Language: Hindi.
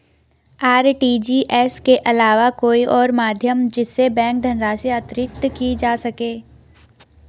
आर.टी.जी.एस के अलावा कोई और माध्यम जिससे बैंक धनराशि अंतरित की जा सके?